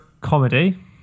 comedy